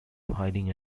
hiding